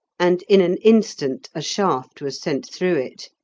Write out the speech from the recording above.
and in an instant a shaft was sent through it.